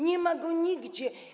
Nie ma go nigdzie.